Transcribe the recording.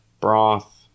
broth